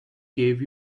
gave